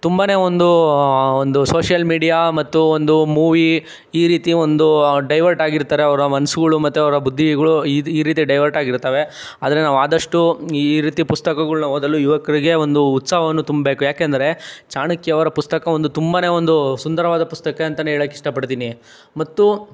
ತುಂಬಾನೆ ಒಂದು ಒಂದು ಸೋಶಿಯಲ್ ಮೀಡಿಯಾ ಮತ್ತು ಒಂದು ಮೂವಿ ಈ ರೀತಿ ಒಂದು ಡೈವರ್ಟ್ ಆಗಿರ್ತಾರೆ ಅವರ ಮನಸ್ಗುಳು ಮತ್ತೆ ಅವರ ಬುದ್ಧಿಗಳು ಇದು ಈ ರೀತಿ ಡೈವಟಾಗಿರ್ತವೆ ಆದರೆ ನಾವು ಅದಷ್ಟು ಈ ರೀತಿಯ ಪುಸ್ತಕಗಳ್ನ ಓದಲು ಯುವಕರಿಗೆ ಒಂದು ಉತ್ಸಾಹವನ್ನು ತುಂಬಬೇಕು ಯಾಕಂದರೆ ಚಾಣಕ್ಯ ಅವರ ಪುಸ್ತಕ ಒಂದು ತುಂಬಾ ಒಂದು ಸುಂದರವಾದ ಪುಸ್ತಕ ಅಂತ ಹೇಳೋಕ್ಕೆ ಇಷ್ಟಪಡ್ತೀನಿ ಮತ್ತು